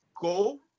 Go